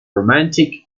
romantic